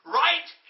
right